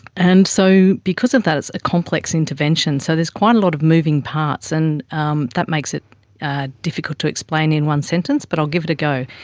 and so because of that it's a complex intervention, so there's quite a lot of moving parts and um that makes it difficult to explain in one sentence but i'll give it a go.